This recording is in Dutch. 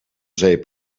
zeep